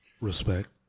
Respect